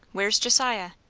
where's josiah?